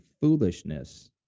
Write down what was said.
foolishness